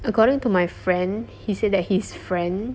according to my friend he said that his friend